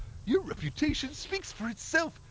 your reputation speaks for itself!